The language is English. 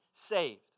saved